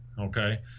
Okay